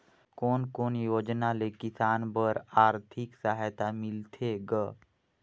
कोन कोन योजना ले किसान बर आरथिक सहायता मिलथे ग?